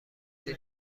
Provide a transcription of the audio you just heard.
زیر